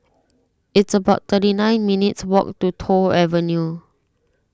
it's about thirty nine minutes' walk to Toh Avenue